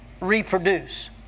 reproduce